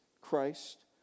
Christ